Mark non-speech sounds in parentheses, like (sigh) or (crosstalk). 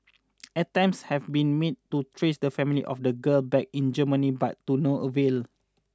(noise) attempts have been made to trace the family of the girl back in Germany but to no avail